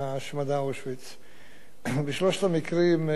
בשלושת המקרים שהוזכרו כאן,